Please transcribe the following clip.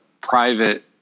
private